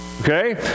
Okay